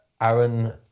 Aaron